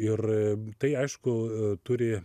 ir tai aišku turi